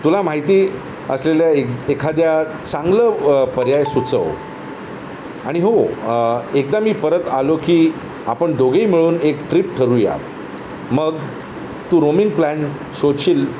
तुला माहिती असलेल्या ए एखाद्या चांगलं पर्याय सुचव आणि हो एकदा मी परत आलो की आपण दोघंही मिळून एक ट्रीप ठरवू या मग तू रोमिन प्लॅन शोधशील